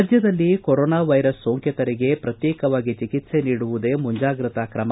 ರಾಜ್ಯದಲ್ಲಿ corona virus ಸೋಂಕಿತರಿಗೆ ಪ್ರತ್ಯೇಕವಾಗಿ ಚಿಕಿತ್ಸೆ ನೀಡುವುದೇ ಮುಂಜಾಗ್ರತಾ ಕ್ರಮ